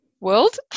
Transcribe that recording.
world